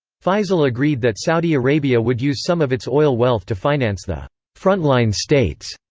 faisal agreed that saudi arabia would use some of its oil wealth to finance the front-line states,